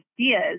ideas